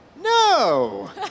No